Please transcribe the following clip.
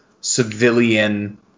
civilian